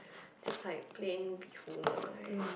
just like plain bee-hoon lor like